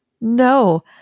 No